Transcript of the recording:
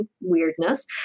weirdness